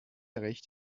recht